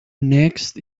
next